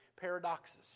paradoxes